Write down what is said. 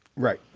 right.